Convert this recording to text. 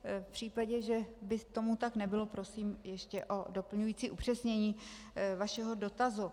V případě, že by tomu tak nebylo, prosím ještě o doplňující upřesnění vašeho dotazu.